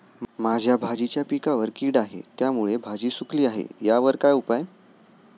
माझ्या भाजीच्या पिकावर कीड आहे त्यामुळे भाजी सुकली आहे यावर काय उपाय?